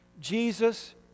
Jesus